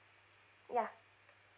ya